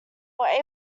were